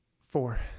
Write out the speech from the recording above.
Four